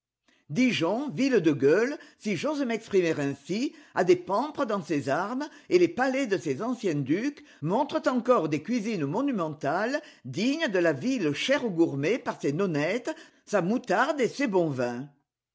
dijon ville de gueule si j'ose m'exprimer ainsi a des pampres dans ses armes et les palais de ses anciens ducs montrent encore des cuisines monumentales dignes de la ville chère aux gourmets par ses nonnettes sa moutarde et ses bons vins